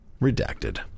Redacted